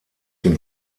den